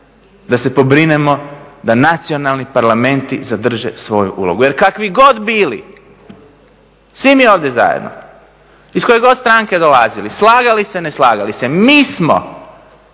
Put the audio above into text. da se pobrinemo da nacionalni parlamenti zadrže svoju ulogu. Jer kakvi god bili svi mi ovdje zajedno, iz koje god stranke dolazili, slagali se, ne slagali se, mi smo